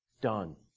done